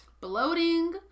Bloating